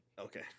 okay